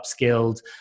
upskilled